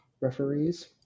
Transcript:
referees